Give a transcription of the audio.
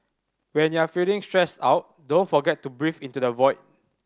when you are feeling stressed out don't forget to breathe into the void